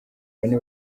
bane